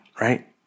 right